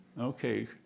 Okay